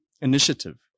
initiative